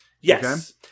Yes